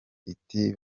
iti